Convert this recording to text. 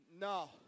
No